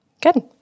Good